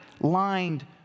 lined